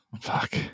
Fuck